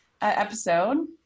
episode